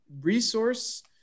resource